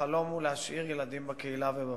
החלום הוא להשאיר ילדים בקהילה ובבית.